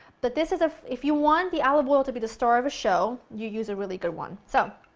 but this is if if you want the olive oil to be the star of a show, you use a really good one. so,